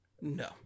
No